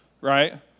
right